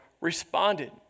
responded